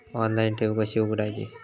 Online ठेव कशी उघडायची?